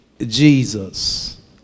Jesus